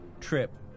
trip